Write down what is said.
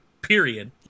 period